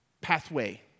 pathway